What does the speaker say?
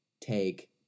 take